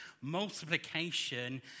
multiplication